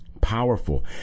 powerful